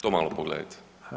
To malo pogledajte.